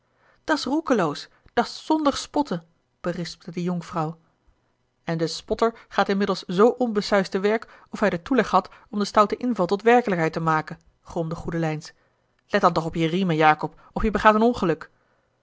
aanzag dat's roekeloos dat's zondig spotten berispte de jonkvrouw en de spotter gaat inmiddels zoo onbesuisd te werk of hij den toeleg had om den stouten inval tot werkelijkheid te maken gromde goedelijns let dan toch op de riemen jacob of je begaat een ongeluk